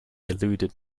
eluded